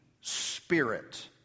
Spirit